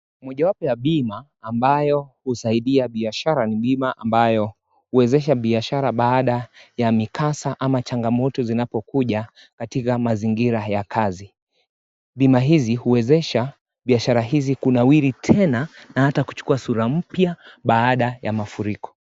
Mojawapo ya bima ambayo husaidia biashara ni bima ambayo huwezesha biashara baada ya mikasa ama changamoto zinapokuja katika mazingira ya kazi. Bima hizi huwezesha biashara hizi kunawiri tena, na hata kuchukua sura mpya baada ya mafuriko.